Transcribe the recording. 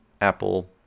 apple